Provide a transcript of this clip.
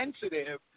sensitive